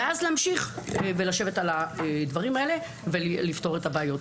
ואז להמשיך ולשבת על הדברים האלה ולפתור את הבעיות,